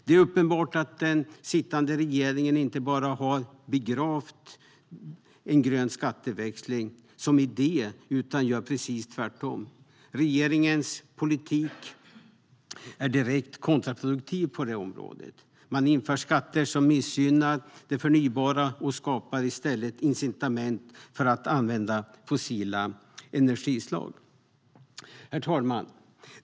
Det är uppenbart att den sittande regeringen inte bara har begravt en grön skatteväxling som idé utan gör precis tvärtom. Regeringens politik är direkt kontraproduktiv på det här området. Man inför skatter som missgynnar det förnybara och skapar i stället incitament för att använda fossila energislag. Herr talman!